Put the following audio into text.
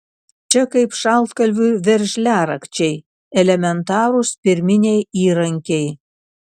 čia kaip šaltkalviui veržliarakčiai elementarūs pirminiai įrankiai